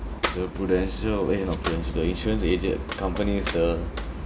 the Prudential eh not Prudential the insurance agent companies the